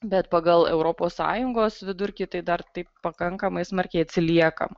bet pagal europos sąjungos vidurkį tai dar taip pakankamai smarkiai atsiliekam